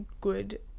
good